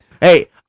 Hey